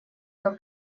кто